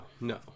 no